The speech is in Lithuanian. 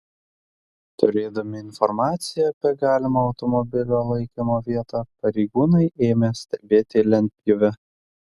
turėdami informaciją apie galimą automobilio laikymo vietą pareigūnai ėmė stebėti lentpjūvę